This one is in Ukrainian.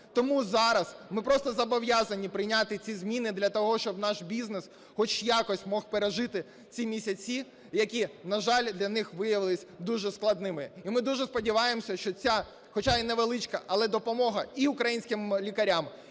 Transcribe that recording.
тому зараз ми просто зобов'язані прийняти ці зміни для того, щоб наш бізнес хоч якось міг пережити ці місяці, які, на жаль, для них виявилися дуже складними. І ми дуже сподіваємося, що ця, хоча і невеличка, але допомога і українським лікарям,